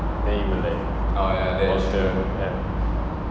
then you will like alter ya